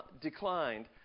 declined